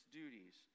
duties